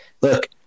Look